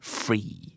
free